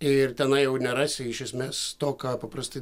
ir tenai jau nerasi iš esmės to ką paprastai